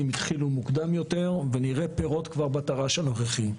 התחילו מקודם יותר ונראה פירות כבר בתר"ש הנוכחי.